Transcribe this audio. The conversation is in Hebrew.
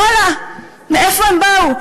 ואללה, מאיפה הם באו?